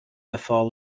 before